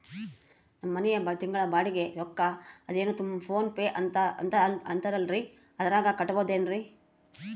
ನಮ್ಮ ಮನೆಯ ತಿಂಗಳ ಬಾಡಿಗೆ ರೊಕ್ಕ ಅದೇನೋ ಪೋನ್ ಪೇ ಅಂತಾ ಐತಲ್ರೇ ಅದರಾಗ ಕಟ್ಟಬಹುದೇನ್ರಿ?